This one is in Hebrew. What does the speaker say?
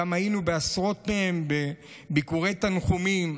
גם היינו אצל עשרות מהן בביקורי תנחומים,